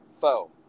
foe